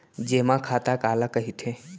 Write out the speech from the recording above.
जेमा खाता काला कहिथे?